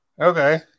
okay